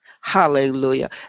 Hallelujah